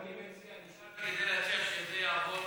אני נשארתי רק כדי להציע שזה יעבור